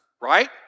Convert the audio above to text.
right